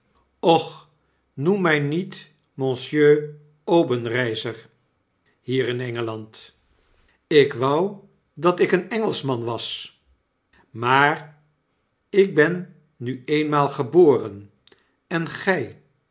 och noem my niet monsieur obenreizer hier in e n g e a n d ik wou dat ik een engelschman was maar ik ben nu eenmaal geboren en gy